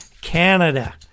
Canada